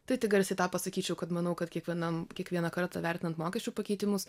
tai tik garsiai tą pasakyčiau kad manau kad kiekvienam kiekvieną kartą vertinant mokesčių pakeitimus